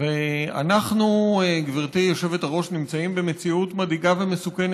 אינו נוכח, חבר הכנסת יואל חסון, אינו נוכח.